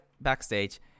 backstage